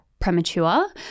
premature